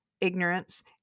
ignorance